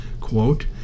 quote